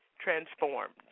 transformed